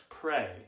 pray